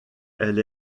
elle